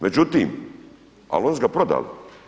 Međutim, ali oni su ga prodali.